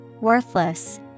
worthless